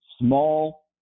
small